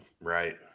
Right